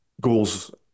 goals